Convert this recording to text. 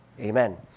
Amen